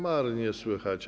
Marnie słychać.